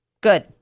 Good